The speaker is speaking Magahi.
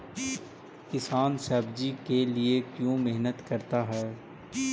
किसान सब्जी के लिए क्यों मेहनत करता है?